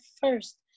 first